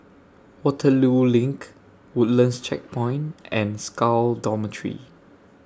Waterloo LINK Woodlands Checkpoint and Scal Dormitory